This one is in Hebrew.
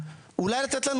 אולי לתת לנו